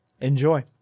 Enjoy